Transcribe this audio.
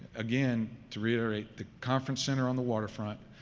again, to reiterate the conference center on the water front,